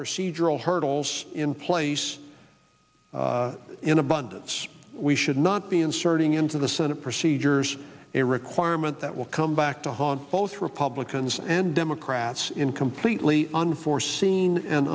procedural hurdles in place in abundance we should not be inserting into the senate procedures a requirement that will come back to haunt both republicans and democrats in completely seen and